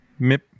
mip